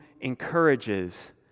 encourages